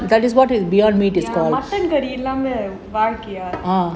mutton curry இல்லாம வாழ்க்கையா:illama vaalkaiya